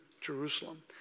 Jerusalem